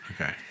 Okay